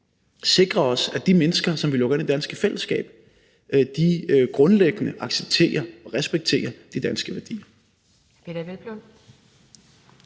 sikre os, at de mennesker, som vi lukker ind i det danske fællesskab, grundlæggende accepterer og respekterer de danske værdier.